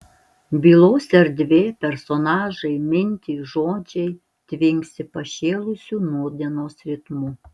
bylos erdvė personažai mintys žodžiai tvinksi pašėlusiu nūdienos ritmu